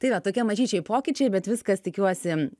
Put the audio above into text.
tai va tokie mažyčiai pokyčiai bet viskas tikiuosi